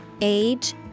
age